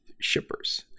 shippers